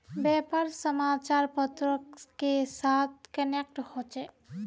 व्यापार समाचार पत्र के साथ कनेक्ट होचे?